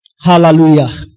Hallelujah